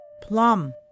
Plum